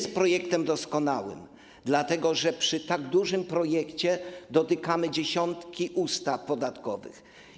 Ten projekt nie jest doskonały, dlatego że przy tak dużym projekcie dotykamy dziesiątek ustaw podatkowych.